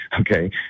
okay